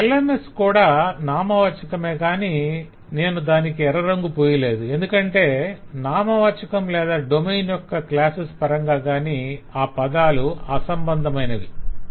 LMS కూడా నామవాచాకమేగాని నేను దానికి ఎర్ర రంగు పూయలేదు ఎందుకంటే నామవాచకం లేదా డొమైన్ యొక్క క్లాసెస్ పరంగా కాని ఆ పదాలు అసంబంధమైనవి కనుక